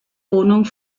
wohnung